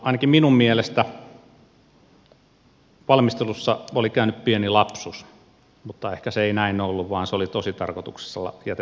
ainakin minun mielestäni valmistelussa oli käynyt pieni lapsus mutta ehkä se ei näin ollut vaan se oli tositarkoituksessa jätetty pois